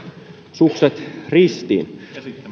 sukset ristiin